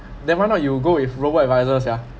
then why not you go with rover advisers yeah